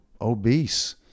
obese